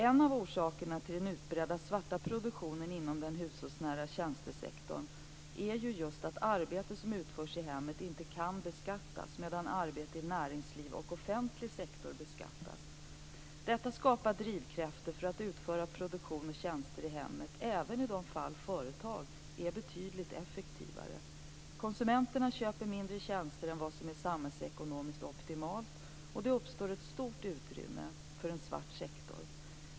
En av orsakerna till den utbredda svarta produktionen inom den hushållsnära tjänstesektorn är att arbete som utförs i hemmet inte kan beskattas, medan arbete i näringsliv och offentlig sektor beskattas. Detta skapar drivkrafter för att utföra produktion och tjänster i hemmet, även i de fall företag är betydligt effektivare. Konsumenterna köper färre tjänster än vad som är samhällsekonomiskt optimalt, och det uppstår ett stort utrymme för en svart sektor.